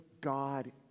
God